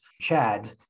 chad